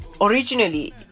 originally